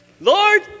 Lord